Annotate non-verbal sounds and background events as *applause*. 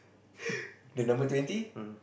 *laughs* the number twenty